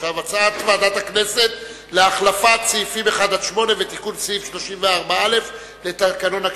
הצעת ועדת הכנסת להחלפת סעיפים 1 8 ולתיקון סעיף 34א לתקנון הכנסת,